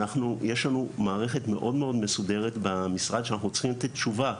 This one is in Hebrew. יש לנו מערכת מאוד מסודרת במשרד שאנחנו צריכים לתת תשובה.